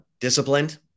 disciplined